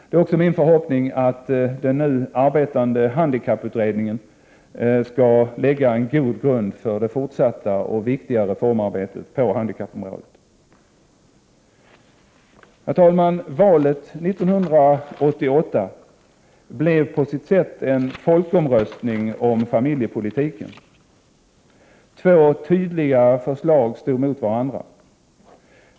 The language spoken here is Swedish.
Det är också min förhoppning att den nu arbetande handikapputredningen skall lägga en god grund för det fortsatta och viktiga reformarbetet på handikappområdet. Herr talman! Valet 1988 blev på sitt sätt en folkomröstning om familjepolitiken. Två tydliga förslag stod mot varandra.